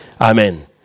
Amen